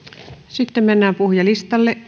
sitten mennään puhujalistalle